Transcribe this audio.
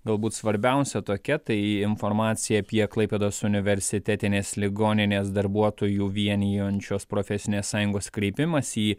galbūt svarbiausia tokia tai informacija apie klaipėdos universitetinės ligoninės darbuotojų vienijančios profesinės sąjungos kreipimąsi į